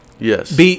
Yes